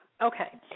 Okay